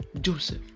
Joseph